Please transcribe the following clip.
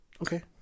Okay